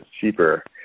cheaper